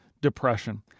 depression